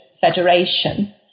Federation